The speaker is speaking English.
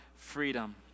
freedom